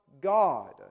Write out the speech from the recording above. God